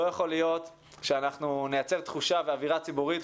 לא יכול להיות שאנחנו נייצר תחושה ואווירה ציבורית,